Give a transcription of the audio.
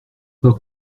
pas